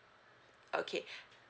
okay